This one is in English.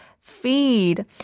feed